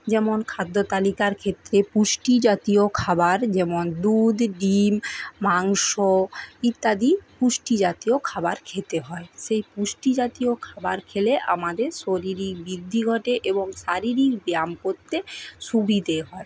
যেমন খাদ্যতালিকার ক্ষেত্রে পুষ্টিজাতীয় খাবার যেমন দুধ ডিম মাংস ইত্যাদি পুষ্টিজাতীয় খাবার খেতে হয় সেই পুষ্টিজাতীয় খাবার খেলে আমাদের শরীরিক বৃদ্ধি ঘটে এবং শারীরিক ব্যায়াম করতে সুবিধে হয়